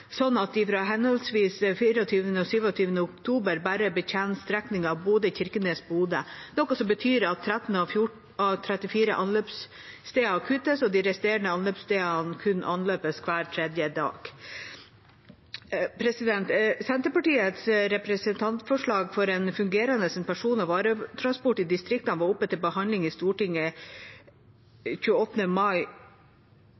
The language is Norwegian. sånn at de fra henholdsvis 24. oktober og 27. oktober bare betjener strekningen Bodø–Kirkenes–Bodø, noe som betyr at 13 av 34 anløpssteder kuttes og de resterende anløpsstedene kun anløpes hver tredje dag. Senterpartiets representantforslag for en fungerende situasjon for person- og varetransport i distriktene var oppe til behandling i Stortinget